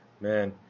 man